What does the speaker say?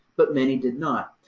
but many did not.